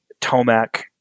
Tomac